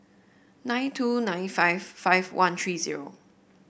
nine two nine five five one three zero